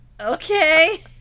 Okay